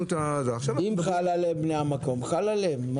אם חל עליהם בני המקום, חל עליהם.